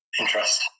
interest